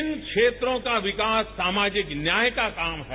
इन क्षेत्रों का विकास सामाजिक न्याय का काम है